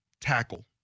tackle